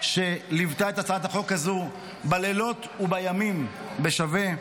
שליוותה את הצעת החוק הזאת בלילות ובימים בשווה.